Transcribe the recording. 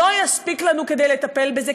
לא יספיק לנו כדי לטפל בזה,